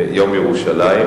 יום ירושלים,